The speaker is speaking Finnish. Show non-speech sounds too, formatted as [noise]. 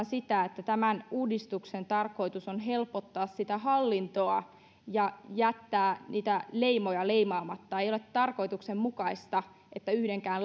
[unintelligible] sitä että tämän uudistuksen tarkoitus on helpottaa hallintoa ja jättää niitä leimoja leimaamatta ei ole tarkoituksenmukaista että yhdenkään [unintelligible]